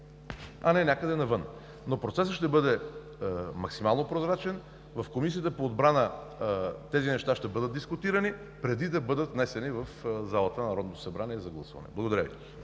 а не някъде навън. На процесът ще бъде максимално прозрачен. В Комисията по отбрана тези неща ще бъдат дискутирани преди да бъдат внесени в залата на Народното събрание за гласуване. Благодаря Ви.